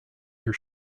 your